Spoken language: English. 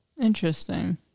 Interesting